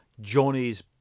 Johnny's